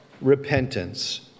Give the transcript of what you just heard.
repentance